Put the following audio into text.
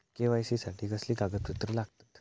KYC साठी कसली कागदपत्र लागतत?